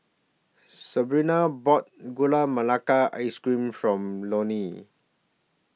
Sabina bought Gula Melaka Ice Cream For Lorne